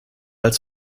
als